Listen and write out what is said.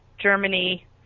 Germany